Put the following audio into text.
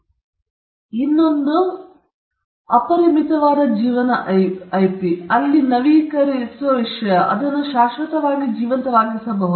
ಮತ್ತು ನಿಮಗೆ ಅಪರಿಮಿತವಾದ ಜೀವನ ಐಪಿ ಇದೆ ಅಲ್ಲಿ ನವೀಕರಿಸುವ ವಿಷಯ ಅದನ್ನು ಶಾಶ್ವತವಾಗಿ ಜೀವಂತವಾಗಿಸಬಹುದು